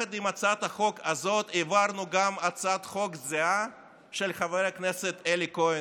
יחד עם הצעת החוק הזאת העברנו גם הצעת חוק זהה של חבר הכנסת אלי כהן,